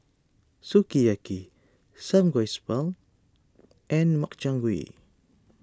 Sukiyaki Samgyeopsal and Makchang Gui